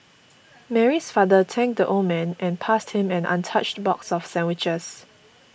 Mary's father thanked the old man and passed him an untouched box of sandwiches